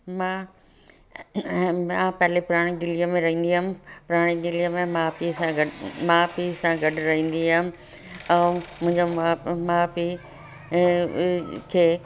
मां मां पहिरियों पुराणी दिल्लीअ में रहंदी हुअमि पुराणी दिल्लीअ में माउ पीउ सां गॾु माउ पीउ सां गॾु रहंदी हुअमि ऐं मुंहिंजा मां माउ पीउ ऐं खे